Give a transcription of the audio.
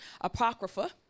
Apocrypha